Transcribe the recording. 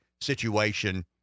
situation